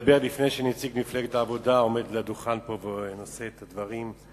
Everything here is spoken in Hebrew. לדבר לפני שנציג מפלגת העבודה עומד על הדוכן פה ונושא דברים.